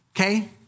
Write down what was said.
Okay